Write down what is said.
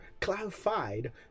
clarified